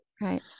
Right